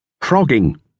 Frogging